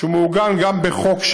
שגם מעוגן בחוק,